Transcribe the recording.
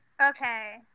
Okay